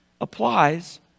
applies